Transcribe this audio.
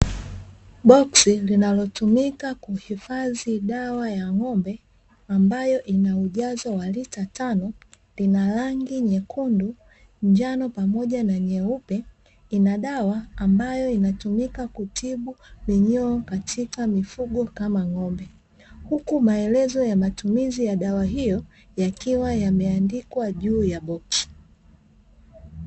Boksi linalotumika kuhifadhi dawa ya ng'ombe ambayo ina ujazo wa lita tano lina rangi nyekundu, njano, pamoja na nyeupe, ina dawa ambayo inatumika kutibu minyoo katika mifugo kama ng'ombe, huku maelezo ya matumizi ya dawa hiyo yakiwa yameandikwa juu ya boksi.